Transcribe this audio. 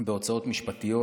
בהוצאות משפטיות,